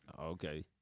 Okay